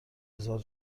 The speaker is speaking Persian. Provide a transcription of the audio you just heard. هزار